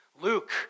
Luke